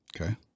okay